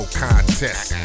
contest